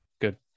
good